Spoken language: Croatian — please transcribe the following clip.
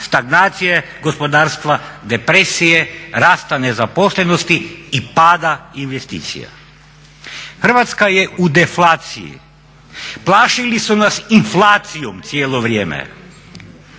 stagnacije gospodarstva, depresije, rasta nezaposlenosti i pada investicija. Hrvatska je u deflaciji. Plašili su nas inflacijom cijelo vrijeme.